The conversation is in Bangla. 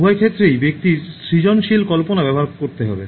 উভয় ক্ষেত্রেই ব্যক্তির সৃজনশীল কল্পনা ব্যবহার করতে হবে